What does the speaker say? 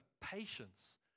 patience